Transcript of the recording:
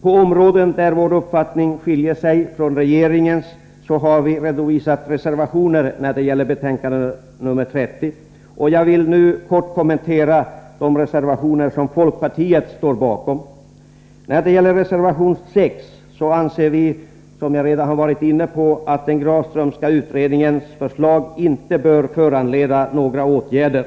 På områden där vår uppfattning skiljer sig från regeringens har vi redovisat reservationer till betänkande 30. Jag vill nu kort kommentera de reservationer som folkpartiet står bakom. När det gäller reservation 6 anser vi, som jag redan varit inne på, att den Grafströmska utredningens förslag inte bör föranleda några åtgärder.